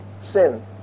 Sin